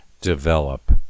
develop